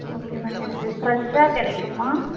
okay ma'am எனக்கு ஃப்ரெஷ்ஷாக கிடைக்குமா